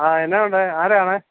ആ എന്തുണ്ട് ആരാണ്